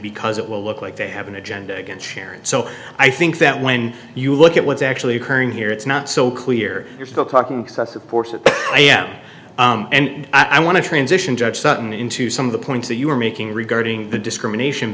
because it will look like they have an agenda against sharon so i think that when you look at what's actually occurring here it's not so clear you're still talking supports that i am and i want to transition judge sutton into some of the points that you were making regarding the discrimination